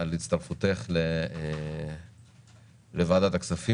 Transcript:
על הצטרפותך לוועדת הכספים,